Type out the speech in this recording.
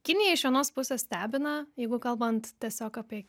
kinija iš vienos pusės stebina jeigu kalbant tiesiog apie